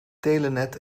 telenet